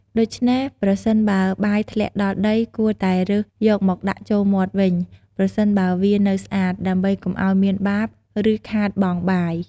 ដូច្នេះ ប្រសិនបើបាយធ្លាក់ដល់ដី គួរតែរើសយកមកដាក់ចូលមាត់វិញ ប្រសិនបើវានៅស្អាត ដើម្បីកុំឲ្យមានបាប ឬខាតបង់បាយ។